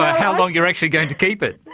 how long you're actually going to keep it.